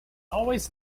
always